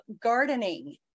gardening